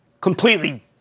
Completely